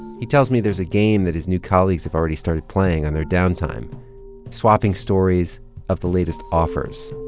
he tells me there's a game that his new colleagues have already started playing on their downtime swapping stories of the latest offers.